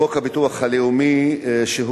הצעת חוק הביטוח הלאומי (תיקון,